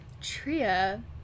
Tria-